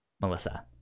melissa